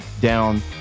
down